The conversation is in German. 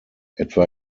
etwa